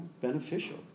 beneficial